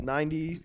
Ninety